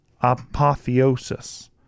apotheosis